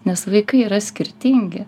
nes vaikai yra skirtingi